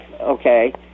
okay